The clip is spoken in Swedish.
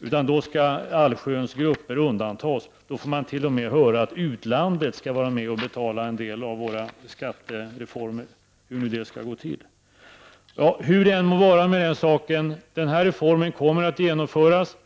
utan då skall allsköns grupper undantas. Då får man t.o.m. höra att utlandet skall vara med och betala en del av våra skattereformer, hur nu det skall gå till. Hur det än må vara med den saken, den här reformen kommer att genomföras.